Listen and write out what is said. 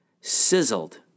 Sizzled